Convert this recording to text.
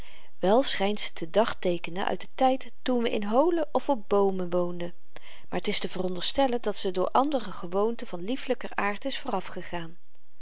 wel schynt ze te dagteekenen uit den tyd toen we in holen of op boomen woonden maar t is te veronderstellen dat ze door andere gewoonten van liefelyker aard is